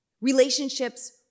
Relationships